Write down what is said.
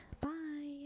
bye